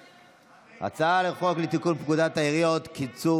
הצעת החוק לתיקון פקודת העיריות (קיצור